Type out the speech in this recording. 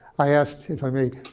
i asked, if i may,